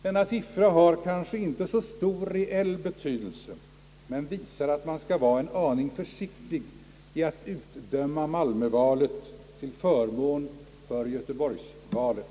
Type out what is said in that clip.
Denna siffra har kanske inte så stor reell betydelse men visar att man skall vara en aning försiktig i att utdöma Malmövalet till förmån för Göteborgsvalet.